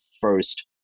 first